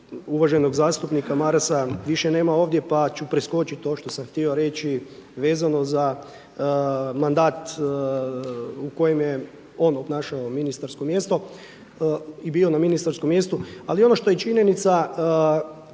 uvaženog zastupnika Marasa više nema ovdje pa ću preskočiti to što sam htio reći vezano za mandat u kojem je on obnašao ministarsko mjesto i bio na ministarskom mjestu. Ali ono što je činjenica